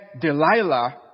Delilah